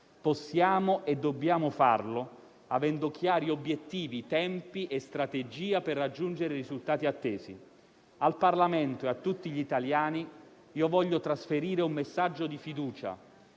Possiamo e dobbiamo farlo avendo chiari obiettivi, tempi e strategia per raggiungere i risultati attesi. Al Parlamento e a tutti gli italiani voglio trasferire un messaggio di fiducia: